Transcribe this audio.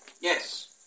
Yes